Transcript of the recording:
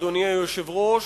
אדוני היושב-ראש,